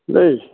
দেই